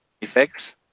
Effects